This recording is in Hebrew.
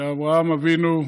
לאברהם אבינו,